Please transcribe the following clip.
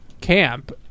camp